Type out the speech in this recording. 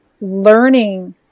learning